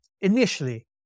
initially